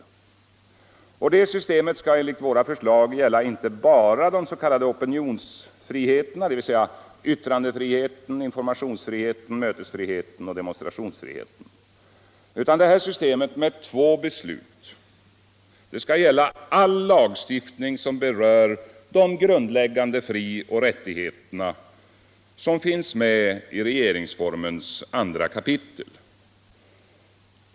Detta system med två beslut skall enligt våra förslag gälla inte bara de s.k. opinionsfriheterna, dvs. yttrandefrihet, informationsfrihet, mötesfrihet och demonstrationsfrihet, utan all lagstiftning som berör de grundläggande frioch rättigheter som finns med i regeringsformens andra kapitel.